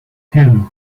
him